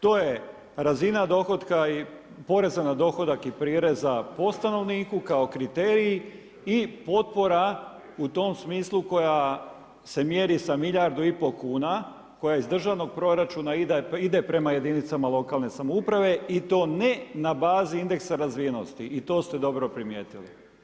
To je razina dohotka i poreza na dohodak i prireza po stanovniku kao kriterij i potpora u tom smislu koja se mjeri sa milijardu i pol kuna koja iz državnog proračuna ide prema jedinicama lokalne samouprave i to ne na bazi indeksa razvijenosti i to ste dobro primijetili.